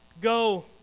Go